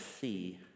see